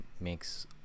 makes